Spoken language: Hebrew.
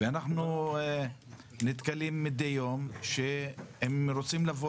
ואנחנו נתקלים מדי יום שהם רוצים לבוא